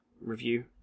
review